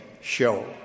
show